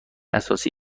اساسی